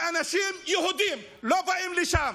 ואנשים יהודים לא באים לשם.